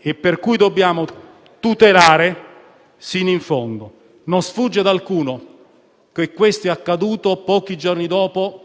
che pertanto dobbiamo tutelarli fino in fondo. Non sfugge ad alcuno che questo sia accaduto pochi giorni dopo